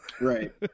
Right